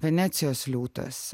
venecijos liūtas